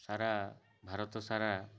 ସାରା Bharat ସାରା